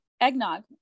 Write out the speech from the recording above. eggnog